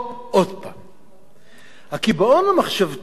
הקיבעון המחשבתי בהנחת היסוד